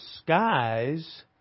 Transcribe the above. skies